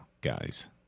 guys